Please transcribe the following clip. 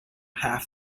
half